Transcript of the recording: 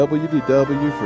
wdw